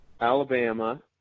Alabama